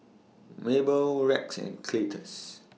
Mable Rex and Cletus